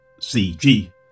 CG